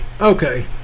Okay